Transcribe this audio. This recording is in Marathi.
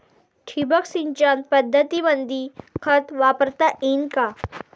ठिबक सिंचन पद्धतीमंदी खत वापरता येईन का?